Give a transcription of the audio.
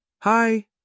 Hi